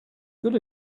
good